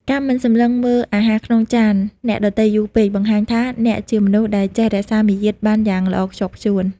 ការមិនសម្លឹងមើលអាហារក្នុងចានអ្នកដទៃយូរពេក បង្ហាញថាអ្នកជាមនុស្សដែលចេះរក្សាមារយាទបានយ៉ាងល្អខ្ជាប់ខ្ជួន។